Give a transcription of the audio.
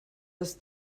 das